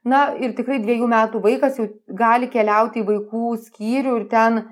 na ir tikrai dviejų metų vaikas jau gali keliauti į vaikų skyrių ir ten